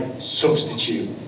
substitute